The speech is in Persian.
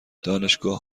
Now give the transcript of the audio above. دانشگاه